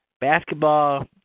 Basketball